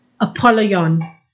Apollyon